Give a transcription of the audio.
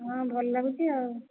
ହଁ ଭଲ ଲାଗୁଛି ଆଉ